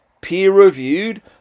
peer-reviewed